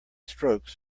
strokes